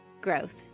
growth